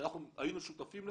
שאנחנו היינו שותפים לה